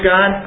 God